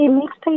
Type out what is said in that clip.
mixed